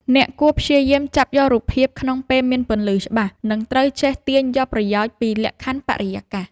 អ្នកគួរព្យាយាមចាប់យករូបភាព ក្នុងពេលមានពន្លឺច្បាស់ និងត្រូវចេះទាញយកប្រយោជន៍ពីលក្ខខណ្ឌបរិយាកាស។